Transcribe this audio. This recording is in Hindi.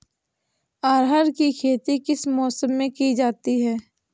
अरहर की खेती किस मौसम में की जाती है?